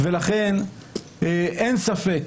אין ספק,